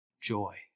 joy